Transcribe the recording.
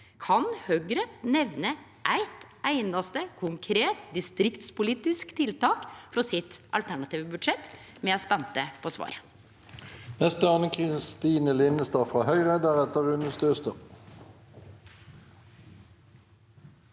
Kan Høgre nemne eit einaste konkret distriktspolitisk tiltak frå sitt alternative budsjett? Me er spente på svaret.